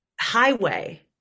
highway